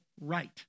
right